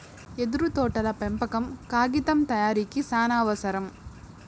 యెదురు తోటల పెంపకం కాగితం తయారీకి సానావసరం